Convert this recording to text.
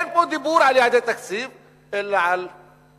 אין פה דיבור על יעדי תקציב אלא על משחק